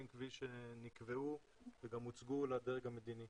אני מתכבדת לפתוח את ישיבת ועדת המדע והטכנולוגיה.